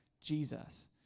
Jesus